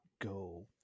go